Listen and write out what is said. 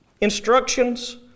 instructions